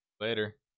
Later